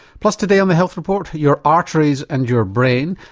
plus today on the health report, your arteries and your brain,